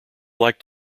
liked